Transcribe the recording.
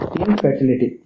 infertility